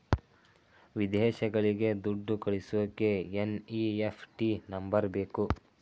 ವಿದೇಶಗಳಿಗೆ ದುಡ್ಡು ಕಳಿಸೋಕೆ ಎನ್.ಇ.ಎಫ್.ಟಿ ನಂಬರ್ ಬೇಕು